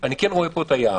אני כן רואה פה את היער.